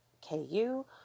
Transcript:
KU